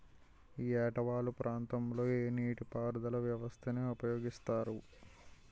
ఏట వాలు ప్రాంతం లొ ఏ నీటిపారుదల వ్యవస్థ ని ఉపయోగిస్తారు?